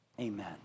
Amen